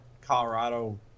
Colorado